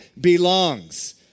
belongs